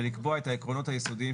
ולקבוע את העקרונות היסודיים,